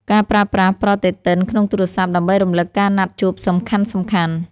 ការប្រើប្រាស់ប្រតិទិនក្នុងទូរស័ព្ទ ដើម្បីរំលឹកការណាត់ជួបសំខាន់ៗ។